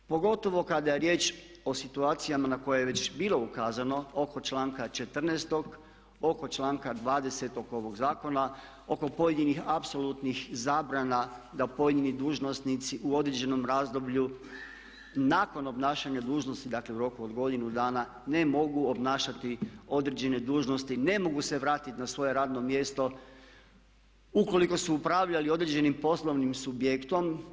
Pogotovo kada je riječ o situacijama na koje je već bilo ukazivano oko članka 14., oko članka 20. ovog zakona, oko pojedinih apsolutnih zabrana da pojedini dužnosnici u određenom razdoblju nakon obnašanja dužnosti dakle u roku od godinu dana ne mogu obnašati određene dužnosti, ne mogu se vratiti na svoje radno mjesto ukoliko su upravljali određenim poslovnim subjektom.